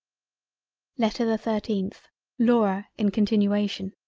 letter the thirteenth laura in continuation